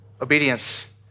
obedience